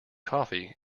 coffee